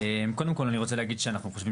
קודם כל אני רוצה להגיד שאנחנו חושבים